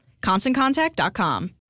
ConstantContact.com